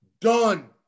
Done